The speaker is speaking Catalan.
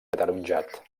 ataronjat